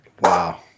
Wow